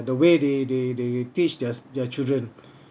the way they they they teach their their children